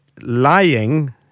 lying